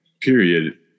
period